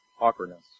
awkwardness